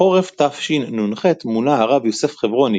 בחורף תשנ"ח מונה הרב יוסף חברוני,